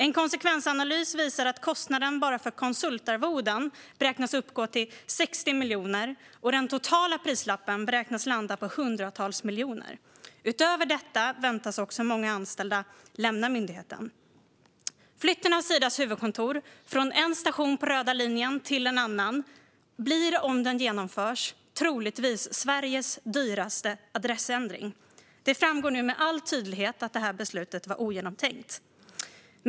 En konsekvensanalys visar att kostnaden bara för konsultarvoden beräknas uppgå till 60 miljoner, och den totala prislappen beräknas landa på 100-tals miljoner. Utöver detta väntas också många anställda lämna myndigheten. Flytten av Sidas huvudkontor från en station på röda linjen till en annan blir, om den genomförs, troligtvis Sveriges dyraste adressändring. Det framgår nu med all tydlighet att det här beslutet var ogenomtänkt.